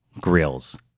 grills